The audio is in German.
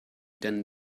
denn